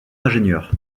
ingénieur